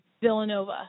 Villanova